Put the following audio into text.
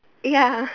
ya